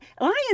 lions